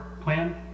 plan